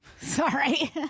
Sorry